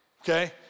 okay